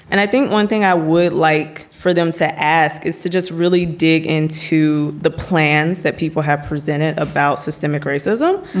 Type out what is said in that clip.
and i think one thing i would like for them to ask is to just really dig in to the plans that people have presented about systemic racism,